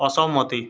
অসম্মতি